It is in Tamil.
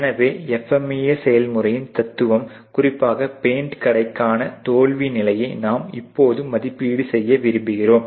எனவே FMEA செயல்முறையின் தத்துவம் குறிப்பாக பெயிண்ட் கடைக்கான தோல்வி நிலையை நாம் இப்போது மதிப்பீடு செய்ய விரும்புகிறோம்